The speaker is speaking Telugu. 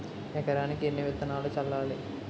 ఎకరానికి ఎన్ని విత్తనాలు చల్లాలి?